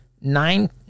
nine